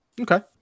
Okay